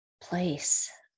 place